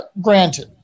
granted